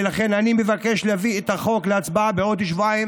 ולכן אני מבקש להביא את החוק להצבעה בעוד שבועיים